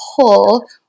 pull